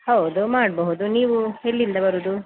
ಹೌದು ಮಾಡಬಹುದು ನೀವು ಎಲ್ಲಿಂದ ಬರೋದು